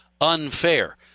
Unfair